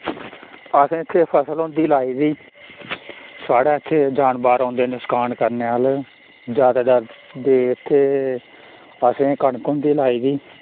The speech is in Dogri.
असें इत्थे फसल होंदी लाई दी साढ़ै इत्थे जानवर औंदे नसकान करने आह्ले ज्यादातर ते इत्थे असें कनक होंदी लाई दी